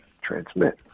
transmit